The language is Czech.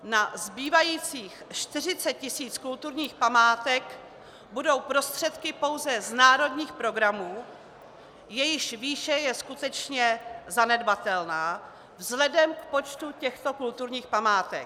Na zbývajících 40 tisíc kulturních památek budou prostředky pouze z národních programů, jejichž výše je skutečně zanedbatelná vzhledem k počtu těchto kulturních památek.